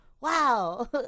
wow